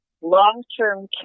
long-term